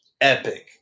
epic